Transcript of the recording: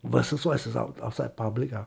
我是说 is 是 out outside public ah